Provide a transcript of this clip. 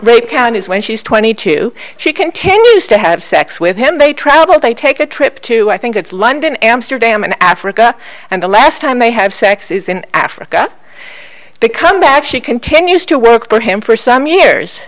recount is when she's twenty two she continues to have sex with him they travel they take a trip to i think it's london amsterdam and africa and the last time they have sex is in africa they come back she continues to work for him for some years